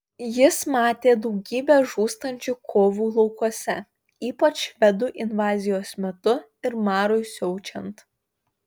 jis matė daugybę žūstančių kovų laukuose ypač švedų invazijos metu ir marui siaučiant